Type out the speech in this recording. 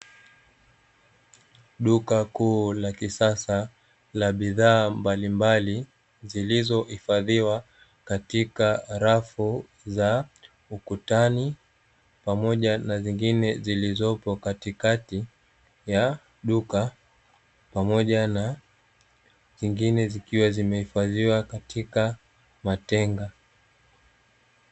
Duka kuu la kisasa la bidhaa mbalimbali, zilizohifadhiwa katika rafu za ukutani, pamoja na zingine zilizopo katikati ya duka, pamoja na zingine zikiwa zimehifadhiwa katika matenga.